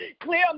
Clear